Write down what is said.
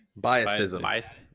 Biasism